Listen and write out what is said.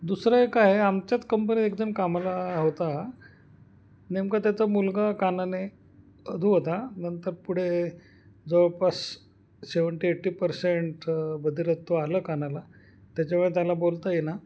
दुसरं एक आहे आमच्याच कंपनीत एकजणं कामाला होता नेमका त्याचा मुलगा कानाने अधू होता नंतर पुढे जवळपास सेवन्टी एट्टी पर्सेंट बधिरत्व आलं कानाला त्याच्यामुळे त्याला बोलता येईना